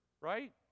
right